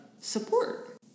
support